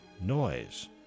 noise